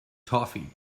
toffee